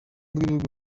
rw’ibihugu